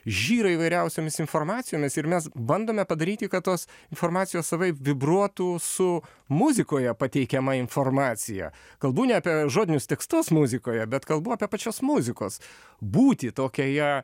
žyra įvairiausiomis informacijomis ir mes bandome padaryti kad tos informacijos savaip vibruotų su muzikoje pateikiama informacija kalbu ne apie žodinius tekstus muzikoje bet kalbu apie pačios muzikos būtį tokią ją